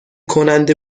کننده